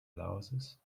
louses